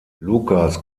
lucas